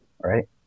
right